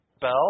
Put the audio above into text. bell